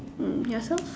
mm yourself